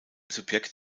subjekt